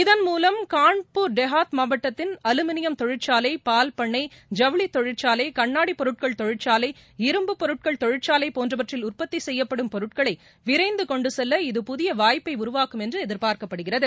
இதன்மூலம் காண்பூர் டெகாத் மாவட்டத்தின் அலுமினியம் தொழிற்சாலை பாவ்பண்ணை ஜவுளி தொழிற்சாலை கண்ணாடிப் பொருட்கள் தொழிற்காலை இரும்பு பொருட்கள் தொழிற்சாலை போன்றவற்றில் உற்பத்தி செய்யப்படும் பொருட்களை விரைந்து கொண்டு செல்ல இது புதிய வாய்ப்பை உருவாக்கும் என்று எதிர்பார்க்கப்படுகிறது